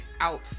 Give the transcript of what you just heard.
out